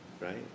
right